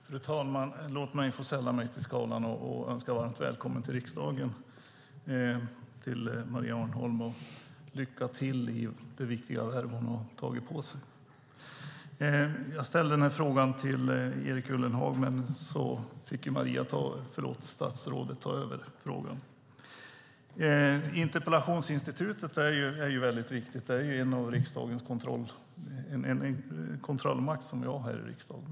Fru talman! Låt mig få sälla mig till skaran och önska Maria Arnholm varmt välkommen till riksdagen och lycka till i det viktiga värv som hon har tagit på sig. Jag ställde min fråga till Erik Ullenhag, men statsrådet fick ta över den. Interpellationsinstitutet är viktigt och en kontrollmakt som vi har här i riksdagen.